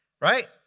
Right